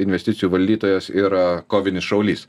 investicijų valdytojas ir kovinis šaulys